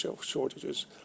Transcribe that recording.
shortages